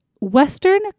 Western